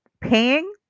paying